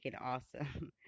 awesome